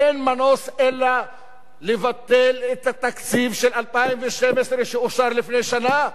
אין מנוס מלבטל את התקציב של 2012 שאושר לפני שנה,